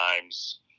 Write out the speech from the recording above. times